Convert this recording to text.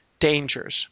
dangers